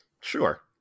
Sure